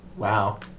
Wow